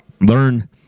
learn